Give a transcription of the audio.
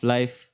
Life